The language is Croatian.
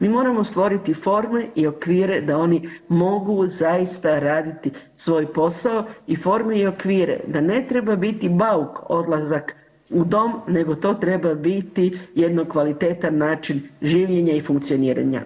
Mi moramo stvoriti forme i okvire da oni mogu zaista raditi svoj posao i forme i okvire da ne treba biti bauk odlazak u dom, nego to treba biti jedan kvalitetan način življenja i funkcioniranja.